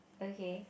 okay